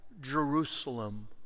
Jerusalem